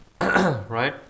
right